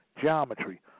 geometry